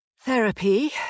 Therapy